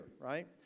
right